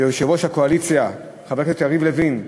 ליושב-ראש הקואליציה חבר הכנסת יריב לוין,